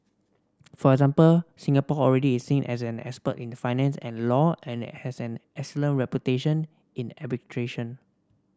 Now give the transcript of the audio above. for example Singapore already is seen as an expert in finance and law and has an excellent reputation in arbitration